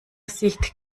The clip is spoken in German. sicht